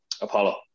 Apollo